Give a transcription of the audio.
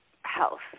health